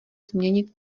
změnit